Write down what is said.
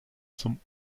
zum